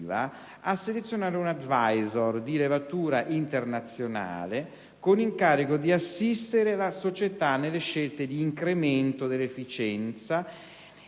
a selezionare un *advisor* di levatura internazionale con incarico di assistere la società nelle scelte di incremento dell'efficienza